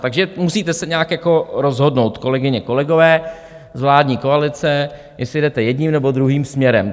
Takže musíte se nějak jako rozhodnout, kolegyně, kolegové z vládní koalice, jestli jdete jedním, nebo druhým směrem.